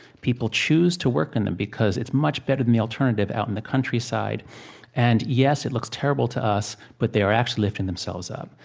people choose to work in them because it's much better than the alternative out in the countryside and, yes, it looks terrible to us, but they are actually lifting themselves up.